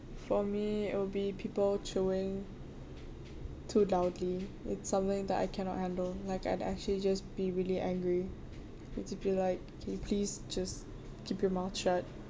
for me it'll be people chewing too loudly it's something that I cannot handle like I'd actually just be really angry it'll be like can you please just keep your mouth shut